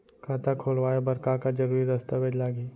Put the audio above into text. खाता खोलवाय बर का का जरूरी दस्तावेज लागही?